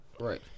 right